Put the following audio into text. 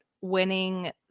winning